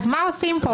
אז מה אנחנו עושים פה?